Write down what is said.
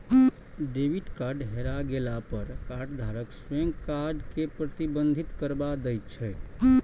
debit card हेरा गेला पर कार्डधारक स्वयं कार्ड कें प्रतिबंधित करबा दै छै